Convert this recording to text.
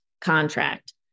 contract